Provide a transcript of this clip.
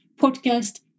podcast